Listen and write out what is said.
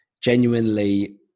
genuinely